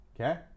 okay